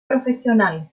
profesional